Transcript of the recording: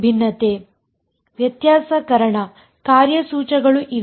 ಭಿನ್ನತೆ ವ್ಯತ್ಯಾಸಕರಣ ಕಾರ್ಯಸೂಚಕಗಳು ಇವೆ